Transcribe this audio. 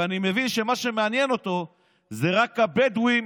ואני מבין שמה שמעניין אותו זה רק הבדואים